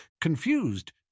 Confused